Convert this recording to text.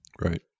Right